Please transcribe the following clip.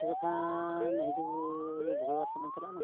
ᱛᱚᱵᱮ ᱠᱷᱟᱱ ᱦᱤᱡᱩᱜ ᱢᱚᱝᱜᱚᱞ ᱵᱟᱨ ᱥᱮᱫ ᱪᱟᱞᱟᱜ ᱟᱞᱟᱝ